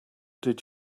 did